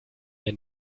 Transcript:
mehr